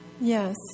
Yes